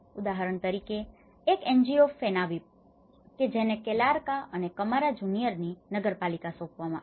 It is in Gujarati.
ઉદાહરણ તરીકે એક NGO ફેનાવિપ 'Fenavip' કે જેને કેલાર્કા અને કમારા જુનિયરની નગરપાલિકા સોંપવામાં આવી